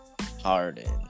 Harden